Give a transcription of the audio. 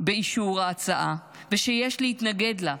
באישור ההצעה, ושיש להתנגד לה.